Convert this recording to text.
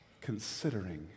considering